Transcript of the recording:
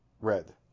Red